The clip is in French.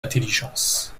intelligence